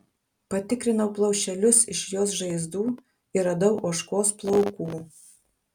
patikrinau plaušelius iš jos žaizdų ir radau ožkos plaukų